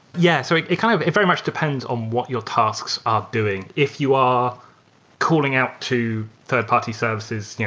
yeah. so it kind of it very much depends on what your tasks are doing. if you are calling out to third-party services,